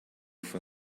for